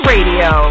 Radio